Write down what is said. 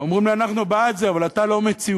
אומרים לי: אנחנו בעד זה, אבל אתה לא מציאותי,